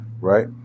right